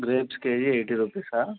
grapes KG eighty రూపీసా